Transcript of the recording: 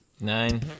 Nine